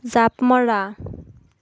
জাপ মৰা